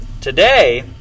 today